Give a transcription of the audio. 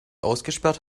ausgesperrt